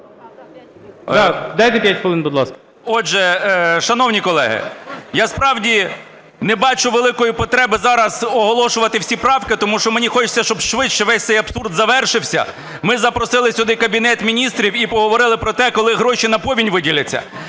Отже, шановні колеги, я справді не бачу великої потреби зараз оголошувати всі правки, тому що мені хочеться, щоб швидше весь цей абсурд завершився, ми запросили сюди Кабінет Міністрів і поговорили про те, коли гроші на повінь виділяться.